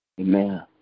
Amen